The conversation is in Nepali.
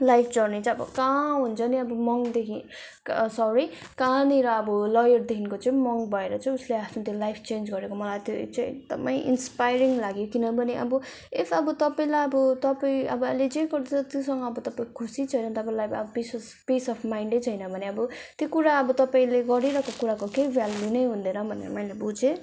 लाइफ जर्नी चाहिँ अब कहाँ हुन्छ नि अब मन्कदेखि सरी कहाँनिर अब लयरदेखि चाहिँ मन्क भएर चाहिँ उसले आफ्नो लाइफ चेन्ज गरेको मलाई त्यो चाहिँ एकदमै इन्सपाइरिङ लाग्यो किनभने अब इफ अब तपाईँलाई अब तपाईँ अब अहिले जे गर्दैछ त्योसँग अब तपाईँ खुसी छैन तपाईँलाई अब पिस पिस अफ माइन्ड नै छैन भने अब त्यो कुरा अब तपाईँले गरिरहेको कुराको केही भ्यालू नै हुँदैन भनेर मैले बुझैँ